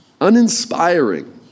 uninspiring